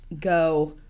go